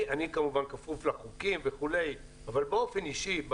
אני כמובן כפוף לחוקים וכולי אבל באופן אישי,